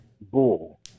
Bull